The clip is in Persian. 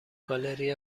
گالری